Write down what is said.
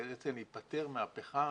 בעצם להיפטר מהפחם,